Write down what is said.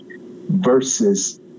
versus